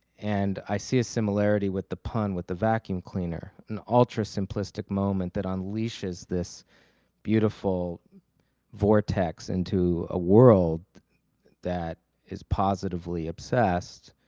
and i see a similarity with the pun with the vacuum cleaner, an ultra simplistic moment that unleashes this beautiful vortex into a world that is positively obsessed